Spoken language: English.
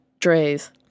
DREs